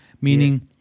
meaning